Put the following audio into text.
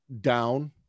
down